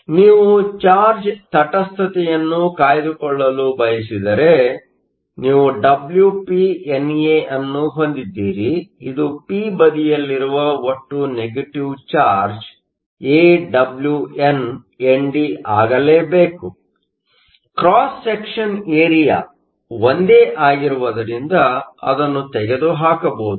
ಆದ್ದರಿಂದ ನೀವು ಚಾರ್ಜ್ ತಟಸ್ಥತೆಯನ್ನು ಕಾಯ್ದುಕೊಳ್ಳಲು ಬಯಸಿದರೆ ನೀವು WpNA ಅನ್ನು ಹೊಂದಿದ್ದೀರಿ ಇದು ಪಿ ಬದಿಯಲ್ಲಿರುವ ಒಟ್ಟು ನೆಗೆಟಿವ್ ಚಾರ್ಜ್Negative charge AWnND ಆಗಲೇಬೇಕು ಕ್ರಾಸ್ ಸೆಕ್ಷನ್ ಏರಿಯಾ ಒಂದೇ ಆಗಿರುವುದರಿಂದ ಅದನ್ನು ತೆಗೆದು ಹಾಕಬಹುದು